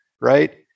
right